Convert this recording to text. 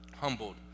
Humbled